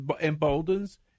emboldens